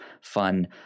fun